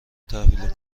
تحویل